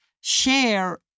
share